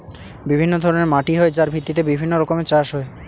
বিভিন্ন ধরনের মাটি হয় যার ভিত্তিতে বিভিন্ন রকমের চাষ হয়